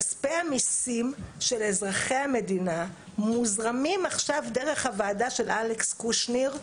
כספי המסים של אזרחי המדינה מוזרמים עכשיו דרך הוועדה של אלכס קושניר,